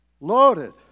loaded